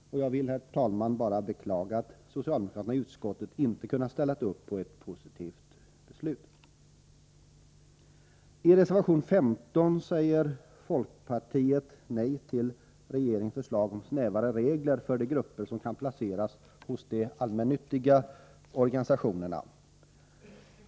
Jag vill, herr talman, bara beklaga att socialdemokraterna i utskottet inte kunnat ställa upp på ett positivt beslut. I reservationen 15 säger folkpartiet nej till regeringens förslag om snävare regler för de grupper som kan placeras hos de allmännyttiga organisationerna.